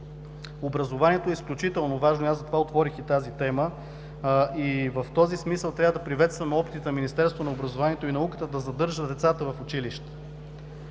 Образованието е изключително важно и аз затова отворих и тази тема. В този смисъл трябва да приветстваме опитите на Министерството на образованието и науката да задържа децата в училище.